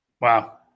Wow